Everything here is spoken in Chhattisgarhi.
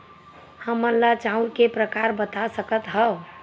हमन ला चांउर के प्रकार बता सकत हव?